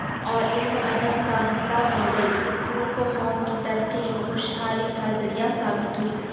اور علم و ادب کا حصّہ بن گئی اِس مُلک و قوم کی ترقی و خوشحالی کا ذریعہ ثابت ہوئی